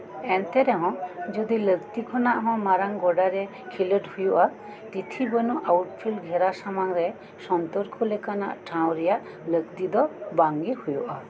ᱮᱱᱛᱮ ᱨᱮᱦᱚᱸ ᱡᱩᱫᱤ ᱞᱟᱹᱠᱛᱤ ᱠᱷᱚᱱᱟᱜ ᱦᱚᱸ ᱢᱟᱨᱟᱝ ᱜᱚᱰᱟᱨᱮ ᱠᱷᱮᱞᱳᱰ ᱦᱩᱭᱩᱜᱼᱟ ᱛᱷᱤᱛᱤ ᱵᱟᱹᱱᱩᱜ ᱟᱣᱩᱴᱯᱷᱤᱞᱰ ᱜᱷᱮᱨᱟ ᱥᱟᱢᱟᱝ ᱨᱮ ᱥᱚᱱᱛᱚᱨ ᱠᱚ ᱞᱮᱠᱟᱱᱟᱜ ᱴᱷᱟᱶ ᱨᱮᱭᱟᱜ ᱞᱟᱹᱠᱛᱤ ᱫᱚ ᱵᱟᱝ ᱜᱮ ᱦᱩᱭᱩᱜᱼᱟ